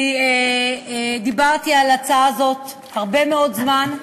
אני דיברתי על ההצעה הזאת הרבה מאוד זמן,